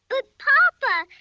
but, papa.